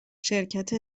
شرکت